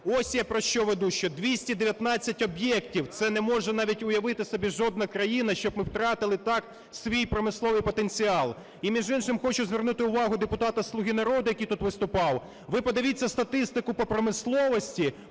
Ось я про що веду, що 219 об'єктів, це не може навіть уявити собі жодна країна, щоб ми втратили так свій промисловий потенціал. І між іншим, хочу звернути увагу депутата "Слуги народу", який тут виступав. Ви подивіться статистику по промисловості,